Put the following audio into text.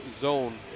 zone